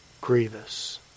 grievous